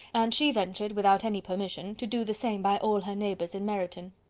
and she ventured, without any permission, to do the same by all her neighbours in meryton.